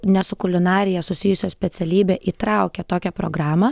ne su kulinarija susijusią specialybę įtraukė tokią programą